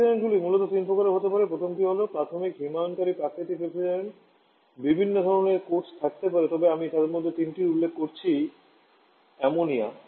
রেফ্রিজারেন্টগুলি মূলত তিন প্রকারের হতে পারে প্রথমটি হল প্রাকৃতিক হিমায়নকারী প্রাকৃতিক রেফ্রিজারেন্টগুলি বিভিন্ন ধরণের কোর্স থাকতে পারে তবে আমি তাদের মধ্যে তিনটির উল্লেখ করছি অ্যামোনিয়া